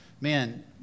man